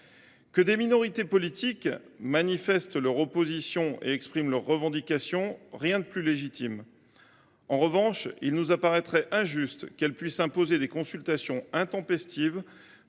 Que des minorités politiques manifestent leur opposition et expriment leurs revendications, rien de plus légitime. En revanche, il nous apparaîtrait injuste qu’elles puissent imposer des consultations intempestives,